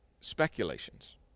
speculations